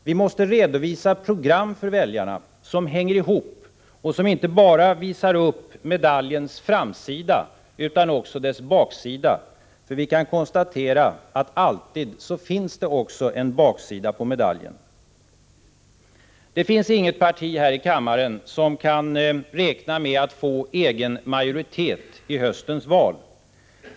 Vi måste redovisa program som hänger ihop och som inte bara visar upp medaljens framsida utan också dess baksida. Vi kan nämligen konstatera att det alltid finns en baksida på medaljen. Inget parti här i kammaren kan räkna med att få egen majoritet i riksdagen efter höstens val.